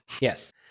Yes